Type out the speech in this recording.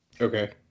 Okay